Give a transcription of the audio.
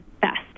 best